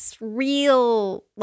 real